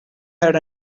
had